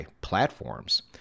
platforms